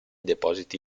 depositi